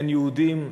אין יהודים.